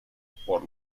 por